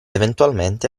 eventualmente